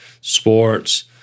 sports